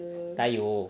tayoh